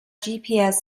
gps